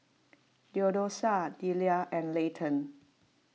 theodosia Deliah and Layton